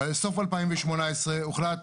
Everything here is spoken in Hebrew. בסוף 2018 הוחלט